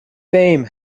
fame